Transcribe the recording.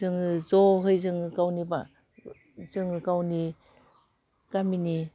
जोङो ज'है जोङो गावनि बा जोङो गावनि गामिनि